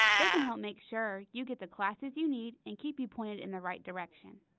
they can help make sure you get the classes you need and keep you pointed in the right direction!